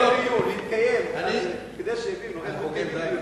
אנחנו, אדוני היושב-ראש,